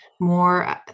more